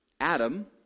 Adam